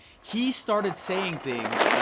he started saying things